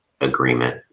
agreement